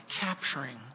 capturing